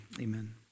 amen